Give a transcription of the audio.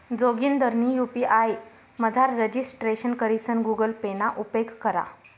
जोगिंदरनी यु.पी.आय मझार रजिस्ट्रेशन करीसन गुगल पे ना उपेग करा